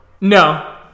No